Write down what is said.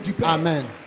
Amen